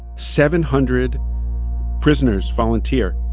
seven hundred prisoners volunteer.